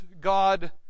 God